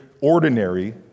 ordinary